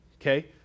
okay